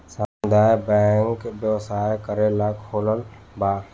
सामुदायक बैंक व्यवसाय करेला खोलाल बा